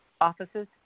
offices